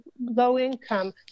low-income